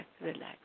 relax